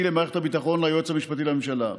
למערכת הביטחון ליועץ המשפטי לממשלה.